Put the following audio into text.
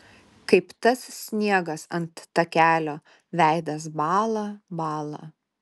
kaip tas sniegas ant takelio veidas bąla bąla